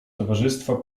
towarzystwa